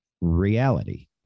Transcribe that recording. reality